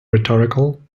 rhetorical